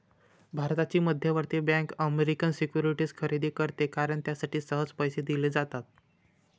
भारताची मध्यवर्ती bank American securities खरेदी करते कारण त्यासाठी सहज पैसे दिले जातात